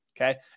okay